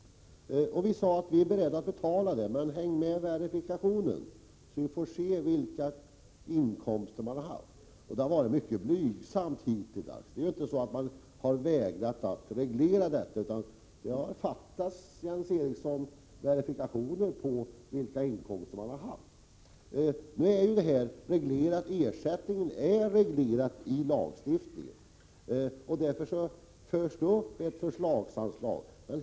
Vi sade att vi var beredda att betala men sade också: Häng med verifikationen, så att vi får se vilka inkomster det har varit fråga om! Hittills har de uppgivna inkomsterna varit blygsamma. Man har alltså inte vägrat att lämna ersättning, men det har, Jens Eriksson, fattats verifikationer på inkomsterna. Ersättningsfrågan är alltså reglerad i lag och därför har vi ett förslagsanslag.